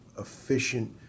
efficient